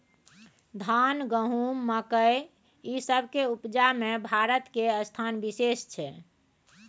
धान, गहूम, मकइ, ई सब के उपजा में भारत के स्थान विशेष छै